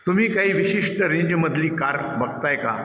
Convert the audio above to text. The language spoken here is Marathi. तुम्ही काही विशिष्ट रेंजमधली कार बघत आहे का